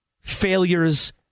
Failures